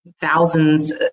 thousands